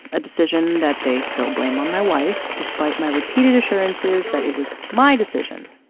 a decision that they still blame on my wife, despite my repeated assurances that it was my decision.